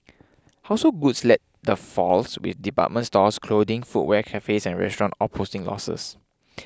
household goods led the falls with department stores clothing footwear cafes and restaurant all posting losses